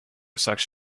such